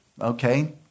okay